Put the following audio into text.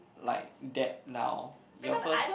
like debt now your first